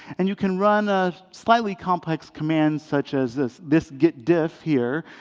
and you can run ah slightly complex commands, such as this, this git diff here,